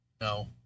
No